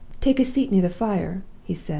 take a seat near the fire he said.